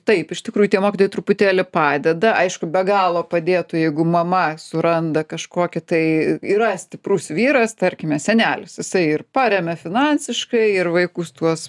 taip iš tikrųjų tie mokytojai truputėlį padeda aišku be galo padėtų jeigu mama suranda kažkokį tai yra stiprus vyras tarkime senelis jisai ir paremia finansiškai ir vaikus tuos